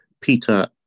Peter